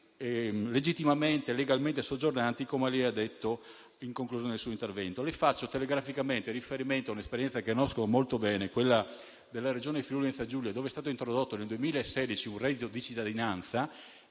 legittimamente e legalmente soggiornanti, come ha detto alla conclusione del suo intervento.